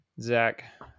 Zach